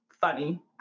funny